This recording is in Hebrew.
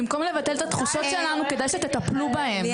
במקום לבטל את התחושות שלנו, כדאי שתטפלו בהם.